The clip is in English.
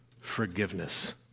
forgiveness